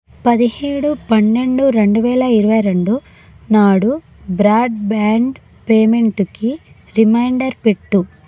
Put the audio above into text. పదిహేడు పన్నెండు రెండు వేల ఇరవై రెండు నాడు బ్రాడ్ బ్యాండ్ పేమెంటుకి రిమైండర్ పెట్టు